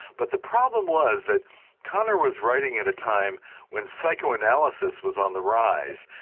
but the problem was that kanner was writing at a time when psychoanalysis was on the rise,